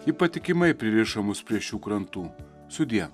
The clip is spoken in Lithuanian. ji patikimai pririšo mus prie šių krantų sudie